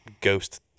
ghost